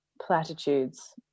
platitudes